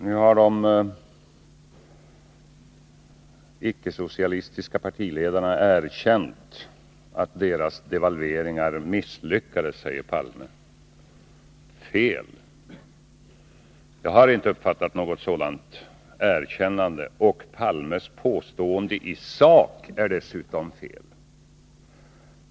Herr talman! Nu har de icke-socialistiska partiledarna erkänt att deras devalveringar misslyckades, säger Olof Palme. Fel! Jag har inte uppfattat något sådant erkännande. Olof Palmes påstående är dessutom i sak felaktigt.